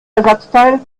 ersatzteil